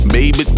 Baby